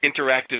interactive